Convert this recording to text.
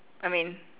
I mean